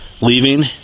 Leaving